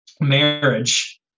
marriage